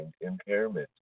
impairment